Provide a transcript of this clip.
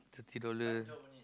thirty dollar